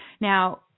Now